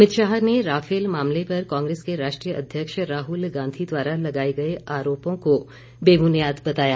अमित शाह ने राफेल मामले पर कांग्रेस के राष्ट्रीय अध्यक्ष राहुल गांधी द्वारा लगाए गए आरोपों को बेबुनियाद बताया